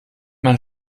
man